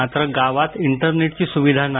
मात्र गावात इंटरनेटची सुविधा नाही